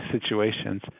situations